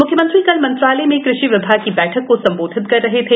म्ख्यमंत्री कल मंत्रालय में कृषि विभाग की बैठक को संबोधित कर रहे थे